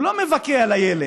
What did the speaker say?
הוא לא מבכה על הילד,